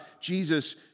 Jesus